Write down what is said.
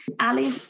Ali